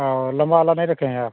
और लंबा वाला नहीं रखे हैं आप